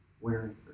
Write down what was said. wearing